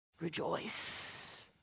Rejoice